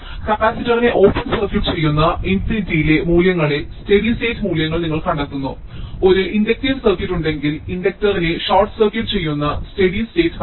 കപ്പാസിറ്ററിനെ open circuit ചെയ്യുന്ന ഇൻഫിനിറ്റിയിലെ മൂല്യങ്ങളായ സ്റ്റേഡി സ്റ്റേറ്റ് മൂല്യങ്ങൾ നിങ്ങൾ കണ്ടെത്തുന്നു ഒരു ഇൻഡക്റ്റീവ് സർക്യൂട്ട് ഉണ്ടെങ്കിൽ ഇൻഡക്റ്ററിനെ ഷോർട്ട് സർക്യൂട്ട് ചെയ്യുന്ന സ്റ്റേഡി സ്റ്റേറ്റ് കണ്ടെത്താം